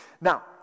Now